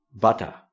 butter